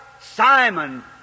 Simon